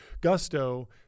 Gusto